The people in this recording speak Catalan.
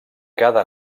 cada